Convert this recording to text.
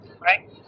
Right